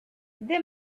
they